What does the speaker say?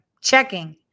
checking